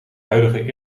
huidige